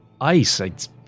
ice